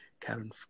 Karen